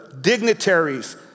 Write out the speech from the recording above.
Dignitaries